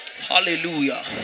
Hallelujah